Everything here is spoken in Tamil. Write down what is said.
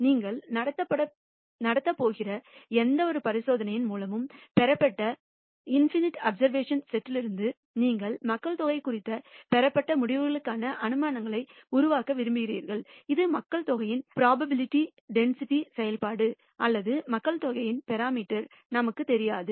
நீங்கள் நடத்தப் போகிற எந்தவொரு பரிசோதனையின் மூலமும் பெறப்பட்ட இன்பினிட் அப்சர்வேஷன் செட்லிருந்து நீங்கள் மக்கள்தொகை குறித்து பெறப்பட்ட முடிவுகளான அனுமானங்களை உருவாக்க விரும்புகிறீர்கள் இது மக்கள்தொகையின் புரோபாபிலிடி டென்சிட்டி செயல்பாடு அல்லது மக்கள்தொகையின் பராமீட்டர் நமக்கு தெரியாது